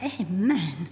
amen